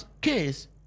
case